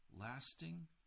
lasting